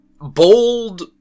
Bold